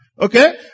Okay